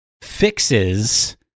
fixes